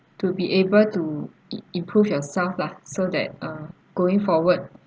to be able to i~ improve yourself lah so that uh going forward